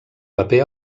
paper